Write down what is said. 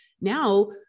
now